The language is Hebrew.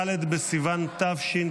ד' בסיוון תשכ"ז,